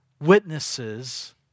Witnesses